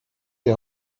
die